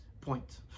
point